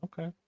Okay